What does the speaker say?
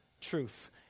truth